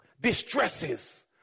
Distresses